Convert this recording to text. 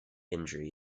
injury